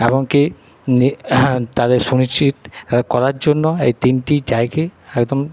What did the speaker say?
এমনকি নি তাদের সুনিশ্চিত করার জন্য এই তিনটি জায়গা একদম